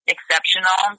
exceptional